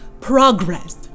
Progress